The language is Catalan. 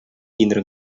tindre